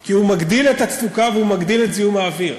כי הוא מגדיל את התפוקה והוא מגדיל את זיהום האוויר.